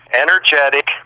Energetic